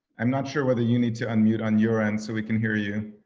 i'm not sure whether you need to unmute on your end so we can hear you.